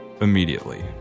immediately